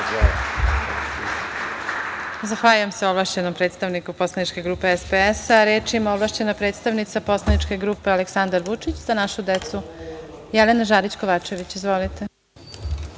Zahvaljujem se ovlašćenom predstavniku poslaničke grupe SPS.Reč ima ovlašćena predstavnica poslaničke grupe Aleksandar Vučić – Za našu decu, Jelena Žarić Kovačević. Izvolite.